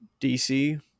dc